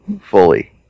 fully